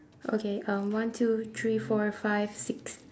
okay um one two three four five six